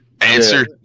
Answer